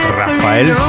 rafael